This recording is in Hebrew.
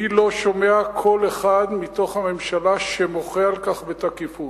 אני לא שומע קול אחד מתוך הממשלה שמוחה על כך בתקיפות.